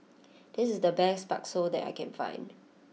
this is the best Bakso that I can find